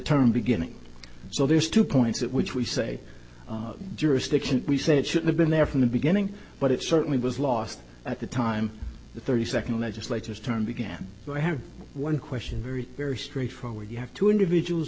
term beginning so there's two points at which we say jurisdiction we say it should have been there from the beginning but it certainly was lost at the time the thirty second legislators turn began to have one question very very straightforward you have two individuals